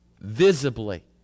visibly